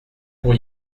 pour